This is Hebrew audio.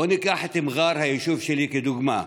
בואו ניקח את מר'אר, היישוב שלי, לדוגמה.